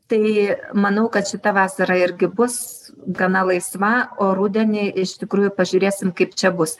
tai manau kad šita vasara irgi bus gana laisva o rudenį iš tikrųjų pažiūrėsim kaip čia bus